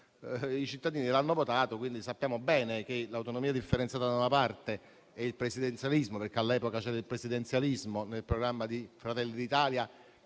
i cittadini l'hanno votato. Quindi, sappiamo bene che l'autonomia differenziata e il presidenzialismo (perché all'epoca c'era il presidenzialismo nel programma di Fratelli d'Italia)